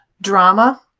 drama